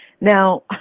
Now